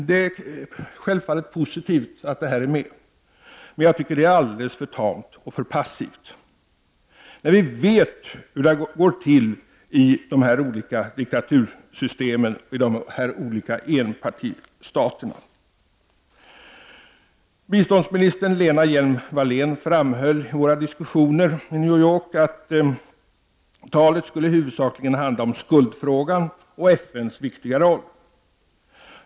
Det är självfallet positivt att denna fråga tas upp till diskussion, men jag tycker att det görs alldeles för lamt och passivt när vi vet hur det går till i olika diktatursystem och enpartistater. Biståndsminister Lena Hjelm-Wallén framhöll i våra diskussioner i New York att talet huvudsakligen skulle handla om skuldfrågan och FNs viktiga roll.